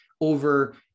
over